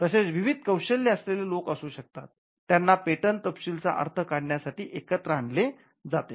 तसेच विविध कौशल्य असलेले लोक असू शकतात ज्यांना पेटंट तपशील चा अर्थ काढण्या साठी एकत्र आणले जाते